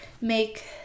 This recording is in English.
make